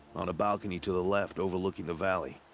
on a balcony to the left, overlooking the valley.